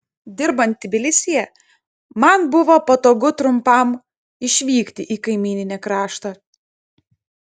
dirbant tbilisyje man buvo patogu trumpam išvykti į kaimyninį kraštą